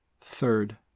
Third